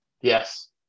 Yes